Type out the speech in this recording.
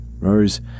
Rose